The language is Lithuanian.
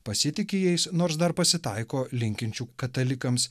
pasitiki jais nors dar pasitaiko linkinčių katalikams